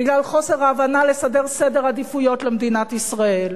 בגלל חוסר ההבנה לסדר סדר עדיפויות למדינת ישראל.